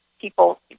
people